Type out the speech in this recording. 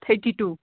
thirty two